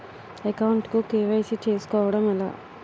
Account కు KYC చేసుకోవడం ఎలా?